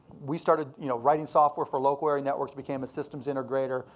we started you know writing software for local area networks, became a systems integrator.